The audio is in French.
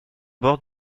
bord